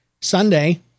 Sunday